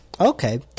Okay